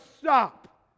stop